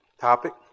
topic